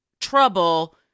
trouble